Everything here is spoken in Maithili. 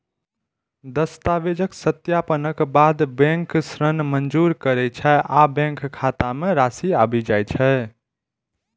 दस्तावेजक सत्यापनक बाद बैंक ऋण मंजूर करै छै आ बैंक खाता मे राशि आबि जाइ छै